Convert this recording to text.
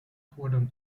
fueron